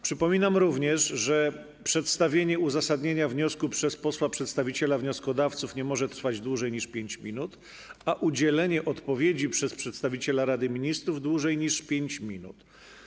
Przypominam również, że przedstawienie uzasadnienia wniosku przez posła przedstawiciela wnioskodawców nie może trwać dłużej niż 5 minut, a udzielenie odpowiedzi przez przedstawiciela Rady Ministrów - dłużej niż 5 minut.